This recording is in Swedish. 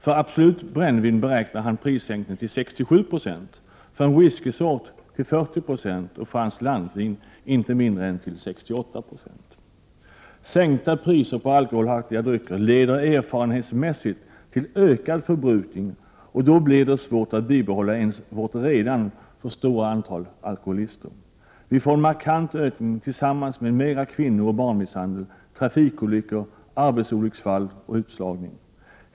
För Absolut rent brännvin beräknar han prissänkningen till 67 26, för en whiskysort till 40 96 och för franskt lantvin till inte mindre än 68 96. Sänkta priser på alkoholhaltiga drycker leder erfarenhetsmässigt till ökad förbrukning, och då blir det svårt att hålla nere vårt redan för stora antal alkoholister. Vi får en markant ökning, tillsammans med mera kvinnooch barnmisshandel, trafikolyckor, arbetsolycksfall och utslagning.